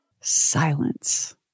Silence